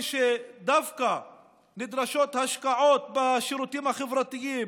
דווקא כשנדרשות השקעות בשירותים החברתיים,